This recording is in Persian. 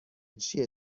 چیه